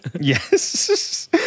Yes